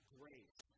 grace